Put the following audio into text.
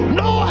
no